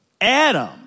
Adam